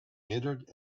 entered